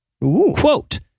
quote